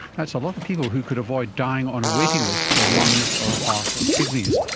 that's a lot of people who could avoid dying on a waiting list for lungs or a heart or kidneys.